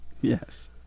Yes